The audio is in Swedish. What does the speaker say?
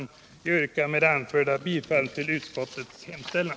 Jag yrkar med det anförda bifall till utskottets hemställan.